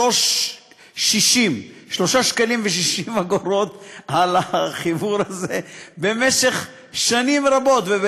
3.60 ש"ח על החיבור הזה במשך שנים רבות.